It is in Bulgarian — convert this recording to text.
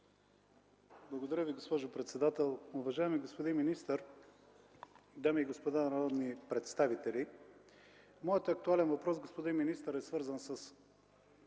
Благодаря Ви, госпожо председател. Уважаеми господин министър, дами и господа народни представители! Моят актуален въпрос, господин министър, е свързан със